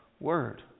word